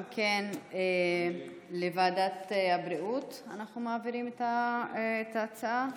אם כן, לוועדת הבריאות אנחנו מעבירים את ההצעה?